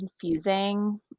confusing